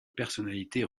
personnalité